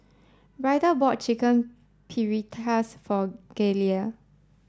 Ryder bought Chicken Paprikas for Galilea